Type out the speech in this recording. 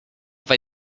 that